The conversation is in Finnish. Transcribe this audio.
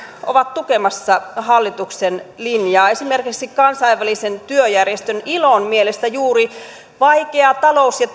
ovat tukemassa hallituksen linjaa esimerkiksi kansainvälisen työjärjestön ilon mielestä juuri vaikea talous ja